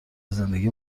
زندگی